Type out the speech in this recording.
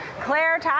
Claire